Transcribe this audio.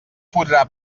podrà